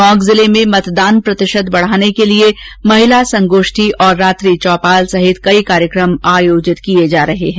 टोंक जिले में मतदान प्रतिशत बढाने के लिए महिला संगोष्ठी और रात्रि चौपाल सहित कई कार्यक्रम आयोजित किए जा रहे हैं